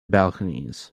balconies